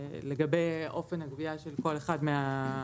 לגבי אופן הגבייה של כל אחד מהגופים.